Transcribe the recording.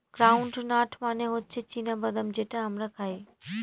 ground nut মানে হচ্ছে চীনা বাদাম যেটা আমরা খাই